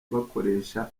bakoresha